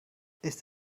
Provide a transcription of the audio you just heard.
ist